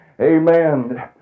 Amen